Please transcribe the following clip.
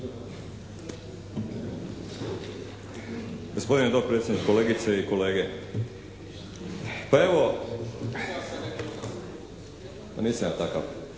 Gospodine dopredsjedniče, kolegice i kolege. Pa evo, pa nisam ja takav.